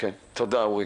תודה, אורי.